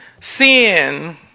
Sin